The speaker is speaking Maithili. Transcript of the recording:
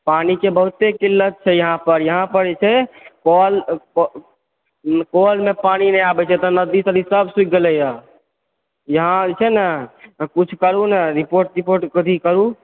पानिके बहुते किल्लत छै यहाँ पर यहाँ पर जे छे कल कलमे पानि नहि आबै छै नदी तदि सब सुखि गेलै हे यहाँ जे छे ने कुछ करु ने रिपोर्ट टिपोर्ट अथि करु